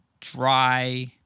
dry